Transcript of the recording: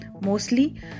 mostly